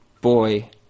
boy